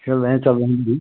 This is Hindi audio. चल रहे चल रहे अभी